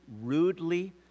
rudely